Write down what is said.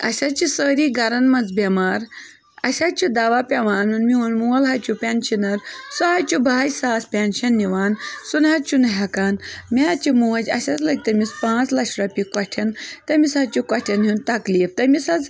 اسہِ حظ چھِ سٲری گھرَن منٛز بیٚمار اسہِ حظ چھِ دوا پیٚوان اَنُن میٚوٗن موٗل حظ چھُ پیٚنشِنَر سُہ حظ چھُ بَہَے ساس پیٚنشَن نِوان سُہ نَہ حظ چھُنہٕ ہیٚکان مےٚ حظ چھِ موج اسہِ حظ لٔگۍ تٔمِس پانٛژھ لَچھ رۄپیہِ کۄٹھیٚن تٔمِس حظ چھُ کۄٹھیٚن ہُنٛد تکلیٖف تٔمِس حظ